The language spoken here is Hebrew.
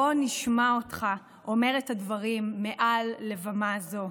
בוא נשמע אותך אומר את הדברים מעל בימה הזו,